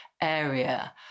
area